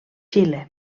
xile